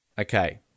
Okay